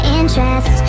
interest